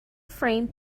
framed